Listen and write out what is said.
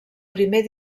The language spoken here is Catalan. primer